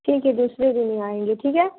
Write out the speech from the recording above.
ठीक है दूसरे दिन आएंगे ठीक है